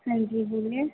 हाँ जी बोलिए